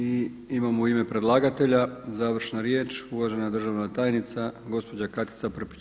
I imamo u ime predlagatelja završna riječ uvažena državna tajnica gospođa Katica Prpić.